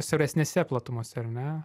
siauresnėse platumose ar ne